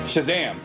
Shazam